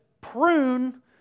prune